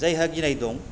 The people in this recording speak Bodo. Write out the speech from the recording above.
जायहा गिनाय दं